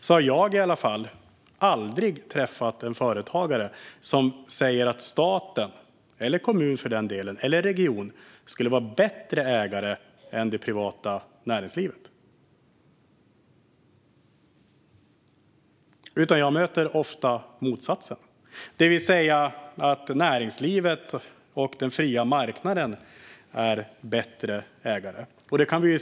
Men i varje fall jag har aldrig träffat en företagare som sagt att staten eller för den delen en kommun eller region skulle vare bättre ägare än det privata näringslivet. Jag möter ofta motsatsen, det vill säga att näringslivet och den fria marknaden är bättre ägare.